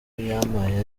yampaye